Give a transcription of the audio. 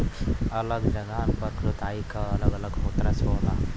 अलग जगहन पर जोताई अलग अलग तरह से होला